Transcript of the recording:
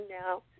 now